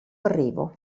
arrivo